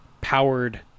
powered